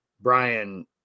Brian